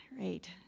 Right